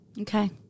Okay